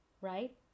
right